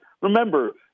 Remember